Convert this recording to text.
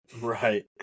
Right